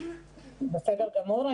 בסדר גמור,